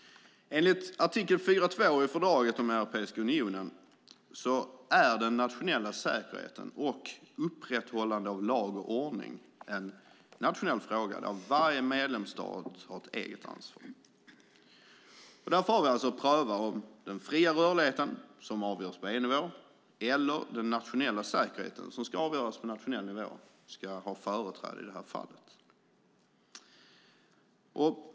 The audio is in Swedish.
Enligt artikel 4.2 i fördraget om Europeiska unionen är den nationella säkerheten och upprätthållande av lag och ordning en nationell fråga där varje medlemsstat har ett eget ansvar. Därför har vi alltså att pröva om den fria rörligheten, som avgörs på EU-nivå, eller den nationella säkerheten, som ska avgöras på nationell nivå, ska ha företräde i det här fallet.